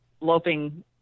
loping –